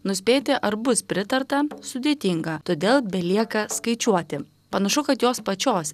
nuspėti ar bus pritarta sudėtinga todėl belieka skaičiuoti panašu kad jos pačios